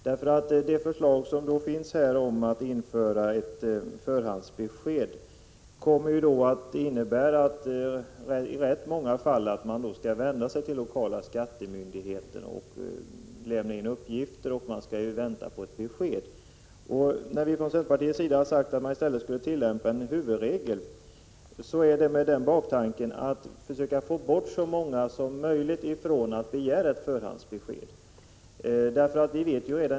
Om förslaget att lokal skattemyndighet skall lämna förhandsbesked införs kommer det att innebära att ganska många lämnar in uppgifter till den lokala skattemyndigheten och sedan får vänta på besked. När vi från centerpartiets I sida har sagt att man i stället bör tillämpa en huvudregel är det med baktanken att försöka åstadkomma att så få som möjligt begär ett förhandsbesked.